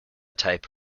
type